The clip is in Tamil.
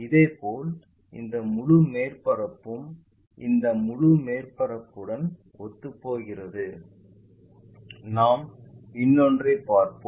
இதேபோல் இந்த முழு மேற்பரப்பும் இந்த முழு மேற்பரப்புடன் ஒத்துப்போகிறது நாம் இன்னொன்றைப் பார்ப்போம்